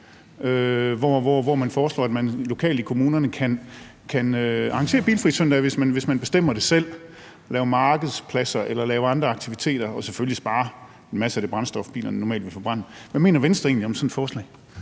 hvor de foreslår, at man lokalt i kommunerne kan arrangere bilfrie søndage, hvis man bestemmer det selv, og lave markedspladser eller lave andre aktiviteter og selvfølgelig spare en masse af det brændstof, bilerne normalt ville forbrænde. Hvad mener Venstre egentlig om sådan et forslag?